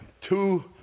two